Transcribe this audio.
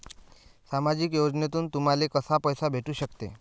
सामाजिक योजनेतून तुम्हाले कसा पैसा भेटू सकते?